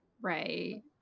Right